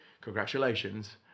congratulations